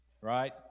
right